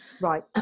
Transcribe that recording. Right